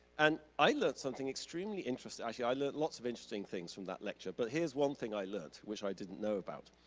and i learnt something extremely interesting. actually, i learnt lots of interesting things from that lecture, but here's one thing i learned which i didn't know about,